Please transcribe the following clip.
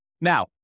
Now